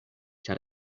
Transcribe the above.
ĉar